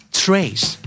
trace